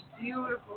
beautiful